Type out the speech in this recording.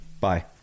Bye